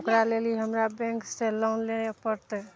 ओकरा लेल ई हमरा बैंकसँ लोन लिये पड़तय